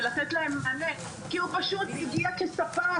ולתת להם מענה כי הוא פשוט הגיע כספק,